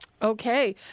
Okay